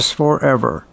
forever